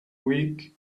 week